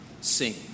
sing